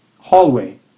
hallway